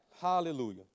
hallelujah